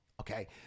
okay